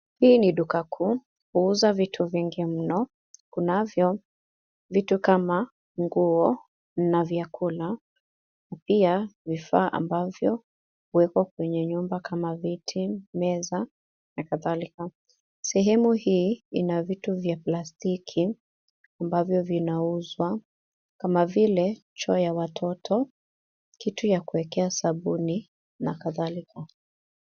Hii ni duka kuu uuza vitu vingi mno. Kunavyo vitu kama nguo na vyakula pia vifaa ambavyo huwekwa kwenye nyumba kama viti, meza na kadhalika. Sehemu hii ina vitu vya plastiki ambavyo vinauzwa kama vile choo ya watoto, kitu ya kuwekea sabuni na kadhalika.